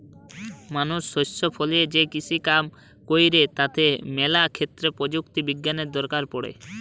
মানুষ শস্য ফলিয়ে যে কৃষিকাজ কাম কইরে তাতে ম্যালা ক্ষেত্রে প্রযুক্তি বিজ্ঞানের দরকার পড়ে